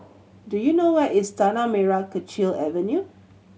do you know where is Tanah Merah Kechil Avenue